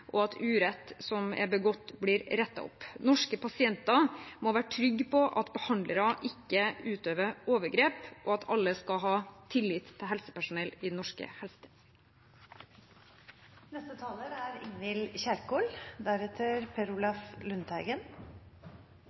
og at urett som er begått, blir rettet opp. Norske pasienter må være trygge på at behandlere ikke utøver overgrep, og at alle skal ha tillit til helsepersonell i den norske helsetjenesten. Jeg vil slutte meg til saksordførerens ord i denne saken. Det er